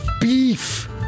beef